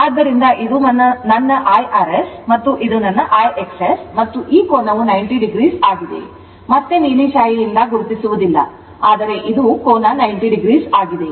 ಆದ್ದರಿಂದ ಇದು ನನ್ನ Irs ಮತ್ತು ಇದು ನನ್ನ IXS ಮತ್ತು ಈ ಕೋನವು 90o ಆಗಿದೆ ಮತ್ತೆ ನೀಲಿ ಶಾಯಿಯಿಂದ ಗುರುತಿಸುವುದಿಲ್ಲ ಆದರೆ ಇದು 90o ಆಗಿದೆ